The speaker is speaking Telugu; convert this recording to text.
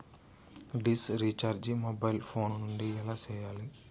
డిష్ రీచార్జి మొబైల్ ఫోను నుండి ఎలా సేయాలి